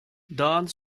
don’t